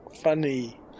funny